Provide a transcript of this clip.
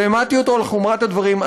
והעמדתי אותו על חומרת הדברים.